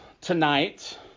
tonight